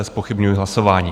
Zpochybňuji hlasování.